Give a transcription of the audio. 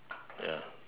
ya